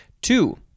Two